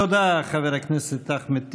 תודה, חבר הכנסת אחמד טיבי.